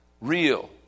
real